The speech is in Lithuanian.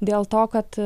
dėl to kad